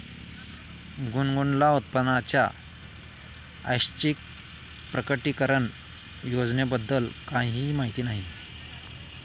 गुनगुनला उत्पन्नाच्या ऐच्छिक प्रकटीकरण योजनेबद्दल काहीही माहिती नाही